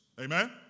amen